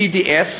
BDS,